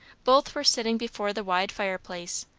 both were sitting before the wide fireplace,